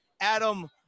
adam